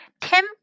Tim